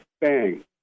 bang